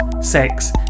sex